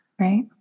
right